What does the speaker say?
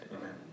Amen